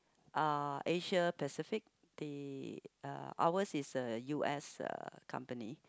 uh Asia Pacific they uh ours is uh U_S uh company